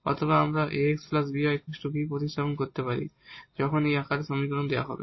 অথবা আমরা ax by v প্রতিস্থাপন করতে পারি যখন এই আকারে সমীকরণ দেওয়া হবে